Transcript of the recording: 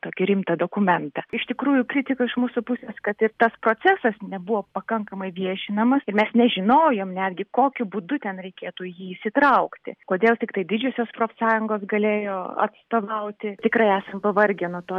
tokį rimtą dokumentą iš tikrųjų kritika iš mūsų pusės kad ir tas procesas nebuvo pakankamai viešinamas ir mes nežinojom netgi kokiu būdu ten reikėtų jį įsitraukti kodėl tiktai didžiosios profsąjungos galėjo atstovauti tikrai esam pavargę nuo to